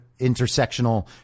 intersectional